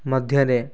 ମଧ୍ୟରେ